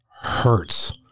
hurts